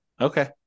Okay